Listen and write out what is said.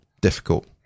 difficult